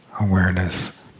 awareness